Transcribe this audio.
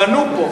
בנו פה,